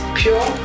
pure